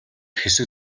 хэсэг